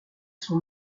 son